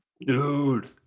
Dude